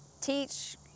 teach